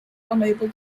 unable